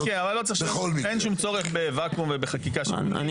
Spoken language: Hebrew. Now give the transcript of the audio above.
כן, אבל אין שום צורך בוואקום בחקיקה שיפוטית.